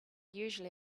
usually